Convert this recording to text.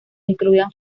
incluían